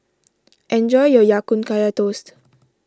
enjoy your Ya Kun Kaya Toast